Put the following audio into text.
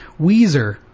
Weezer